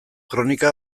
kronika